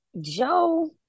Joe